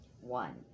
One